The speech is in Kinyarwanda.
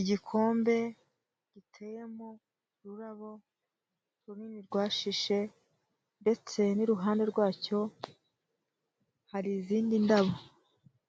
Igikombe giteyemo ururabo runini rwashishe ndetse n'iruhande rwacyo hari izindi ndabo,